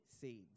seeds